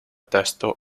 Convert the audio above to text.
testo